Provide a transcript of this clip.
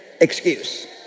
excuse